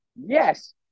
Yes